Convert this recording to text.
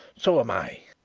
so am i.